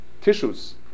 tissues